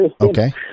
Okay